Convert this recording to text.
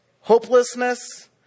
Hopelessness